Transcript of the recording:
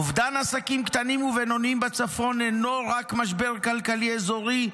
אובדן עסקים קטנים ובינוניים בצפון אינו רק משבר כלכלי אזורי,